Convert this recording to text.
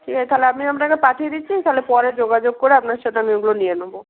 ঠিক আছে তাহলে আমনি আপনাকে পাঠিয়ে দিচ্ছি তাহলে পরে যোগাযোগ করে আপনার সাথে আমি ওগুলো নিয়ে নেবো